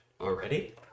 Already